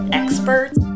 experts